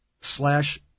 slash